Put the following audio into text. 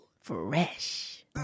Fresh